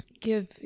give